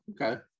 okay